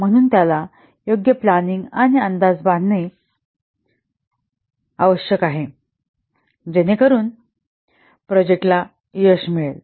म्हणून त्याला योग्य प्लँनिंग आणि अंदाज बांधणे आवश्यक आहे जेणेकरून प्रोजेक्टला यश मिळेल